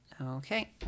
Okay